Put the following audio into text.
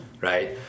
right